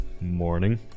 Morning